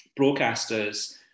broadcasters